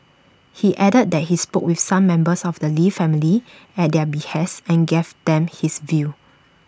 he added that he spoke with some members of the lee family at their behest and gave them his views